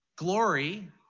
Glory